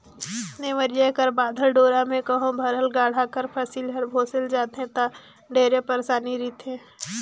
नेवरिया कर बाधल डोरा मे कहो भरल गाड़ा कर फसिल हर भोसेक जाथे ता ढेरे पइरसानी रिथे